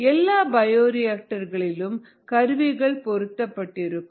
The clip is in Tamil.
எல்லா பயோரியாக்டர் களிலும் கருவிகள் பொருத்தப்பட்டிருக்கும்